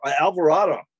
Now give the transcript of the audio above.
Alvarado